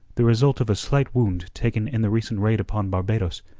the result of a slight wound taken in the recent raid upon barbados,